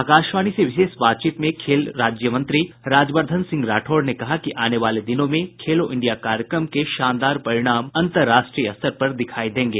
आकाशवाणी से विशेष बातचीत में खेलमंत्री राज्यवर्धन राठौड़ ने कहा कि आने वाले दिनों में खेलो इंडिया कार्यक्रम के शानदार परिणाम अंतर्राष्ट्रीय स्तर पर दिखाई देंगे